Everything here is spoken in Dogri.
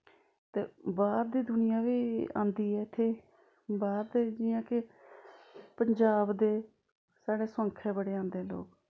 ते बाह्र दी दुनियां बी आंदी ऐ इत्थें बाह्र दे जि'यां के पंजाब दे साढ़े सोआंखैं बड़े आंदे लोग